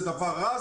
זה דבר רע,